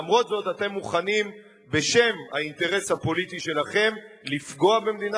למרות זאת אתם מוכנים בשם האינטרס הפוליטי שלכם לפגוע במדינת